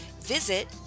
visit